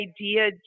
idea